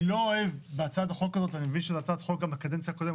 אני לא אוהב בהצעת החוק הזאת אני מבין שזו הצעת חוק מהקדנציה הקודמת,